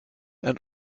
and